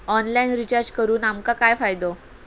Online recharge करून आमका काय फायदो?